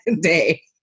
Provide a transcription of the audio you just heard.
day